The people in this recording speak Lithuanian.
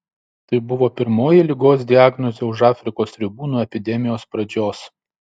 tai buvo pirmoji ligos diagnozė už afrikos ribų nuo epidemijos pradžios